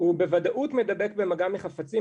הוא בוודאות מדבק במגע עם חפצים,